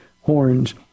horns